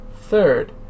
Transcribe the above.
Third